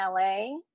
LA